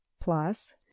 plus